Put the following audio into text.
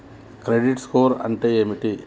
Credit score అంటే ఏమిటి?